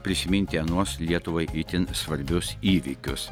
prisiminti anuos lietuvai itin svarbius įvykius